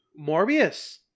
Morbius